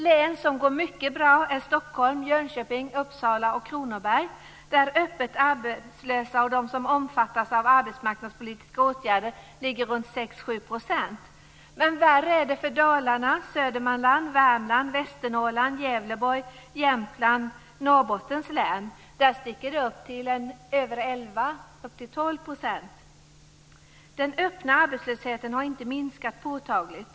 Län som går mycket bra är Stockholm, Jönköping, Uppsala och Kronoberg, där de öppet arbetslösa och de som omfattats av arbetsmarknadspolitiska åtgärder ligger på 6-7 %. Värre är det för Dalarna, Södermanland, Norrbotten. Där sticker siffran upp till 11-12 %. Den öppna arbetslösheten har inte minskat påtagligt.